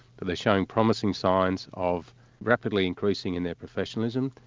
but they're showing promise and signs of rapidly increasing in their professionalism,